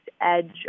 edge